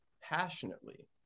passionately